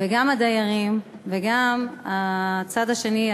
וגם הדיירים וגם הצד השני,